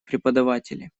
преподаватели